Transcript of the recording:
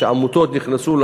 כשעמותות נכנסו.